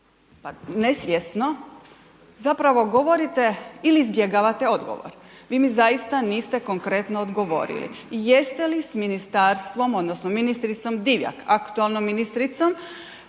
ili nesvjesno zapravo govorite ili izbjegavate odgovor, vi mi zaista niste konkretno odgovorili. Jeste li s ministarstvom odnosno ministricom Divjak aktualnom ministricom